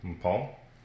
Paul